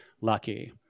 lucky